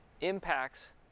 impacts